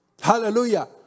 Hallelujah